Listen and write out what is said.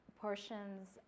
portions